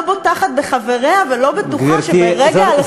שלא בוטחת בחבריה ולא בטוחה שברגע הלחיצה על הכפתור כולם,